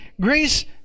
grace